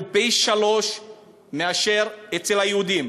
היא פי-שלושה מאשר אצל היהודים.